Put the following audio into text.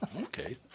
okay